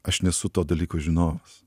aš nesu to dalyko žinovas